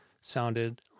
sounded